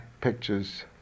pictures